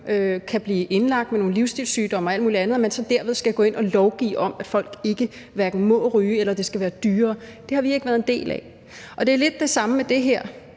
kan blive indlagt med nogle livsstilssygdomme og alt muligt andet, så derfor skal gå ind og lovgive om, at folk ikke må ryge, eller at det skal være dyrere. Det har vi ikke været en del af. Det er lidt det samme med det her.